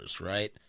right